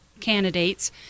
candidates